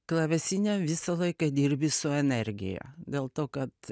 klavesine visą laiką dirbi su energija dėl to kad